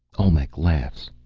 olmec laughs,